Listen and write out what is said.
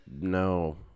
no